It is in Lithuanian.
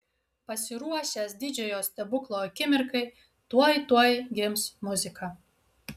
pasiruošęs didžiojo stebuklo akimirkai tuoj tuoj gims muzika